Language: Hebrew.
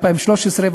2013,